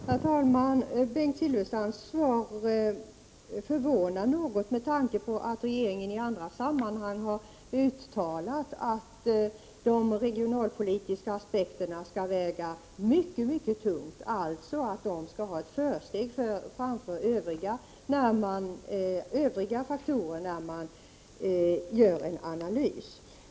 Herr talman! Bengt Silfverstrands svar förvånar mig något med tanke på att regeringen i andra sammanhang har uttalat att de regionalpolitiska aspekterna skall väga mycket tungt, alltså att de skall ha ett försteg framför Övriga faktorer när man gör en analys.